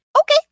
Okay